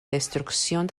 destrucción